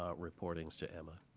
ah reportings to emma.